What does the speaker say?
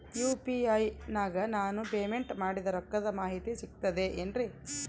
UPI ನಾಗ ನಾನು payment ಮಾಡಿದ ರೊಕ್ಕದ ಮಾಹಿತಿ ಸಿಕ್ತದೆ ಏನ್ರಿ?